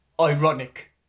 ironic